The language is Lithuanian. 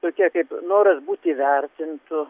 tokie kaip noras būt įvertintu